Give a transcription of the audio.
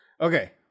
okay